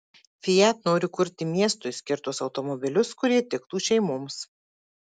fiat nori kurti miestui skirtus automobilius kurie tiktų šeimoms